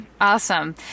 Awesome